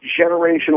generational